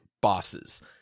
bosses